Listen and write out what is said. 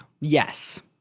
Yes